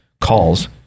calls